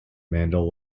mendel